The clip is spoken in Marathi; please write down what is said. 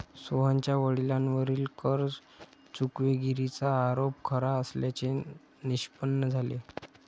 सोहनच्या वडिलांवरील कर चुकवेगिरीचा आरोप खरा असल्याचे निष्पन्न झाले